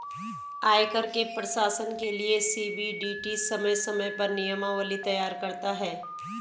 आयकर के प्रशासन के लिये सी.बी.डी.टी समय समय पर नियमावली तैयार करता है